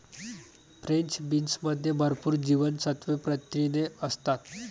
French बीन्समध्ये भरपूर जीवनसत्त्वे, प्रथिने असतात